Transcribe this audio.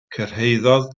cyrhaeddodd